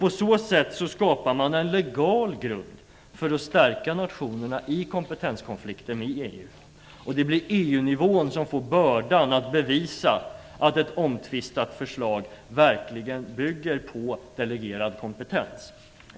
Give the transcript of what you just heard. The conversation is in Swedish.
På så sätt skapar man en legal grund för att stärka nationerna i kompetenskonflikter med EU. Det blir på EU-nivån som man får bördan att bevisa att ett omtvistat förslag verkligen bygger på delegerad kompetens.